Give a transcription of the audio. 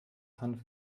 hanf